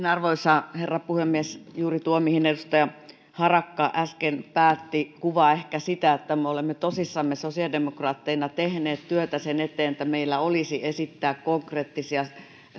arvoisa herra puhemies juuri tuo mihin edustaja harakka äsken päätti kuvaa ehkä sitä että me olemme tosissamme sosiaalidemokraatteina tehneet työtä sen eteen että meillä olisi esittää konkreettisia